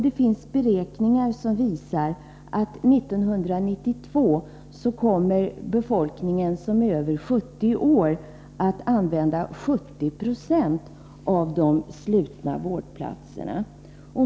Det finns beräkningar som visar att den befolkning som är över 70 år 1992 kommer att använda 70 96 av de slutna vårdplatserna.